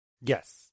Yes